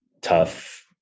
tough